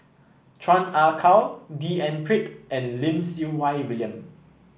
Chan Ah Kow D N Pritt and Lim Siew Wai William